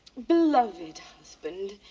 beloved husband,